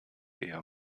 eher